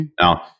Now